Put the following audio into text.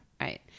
Right